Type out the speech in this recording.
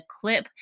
clip